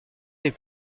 les